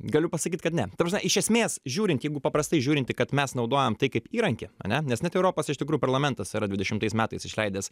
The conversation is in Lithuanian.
galiu pasakyt kad ne ta prasme iš esmės žiūrint jeigu paprastai žiūrint tai kad mes naudojam tai kaip įrankį ane nes net europos iš tikrųjų parlamentas yra dvidešimtais metais išleidęs